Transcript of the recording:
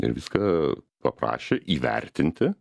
ir viską paprašė įvertinti